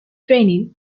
training